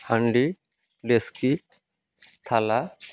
ହାଣ୍ଡି ଡ଼େଚ୍କି ଥାଲା